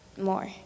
more